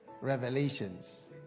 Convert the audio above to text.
revelations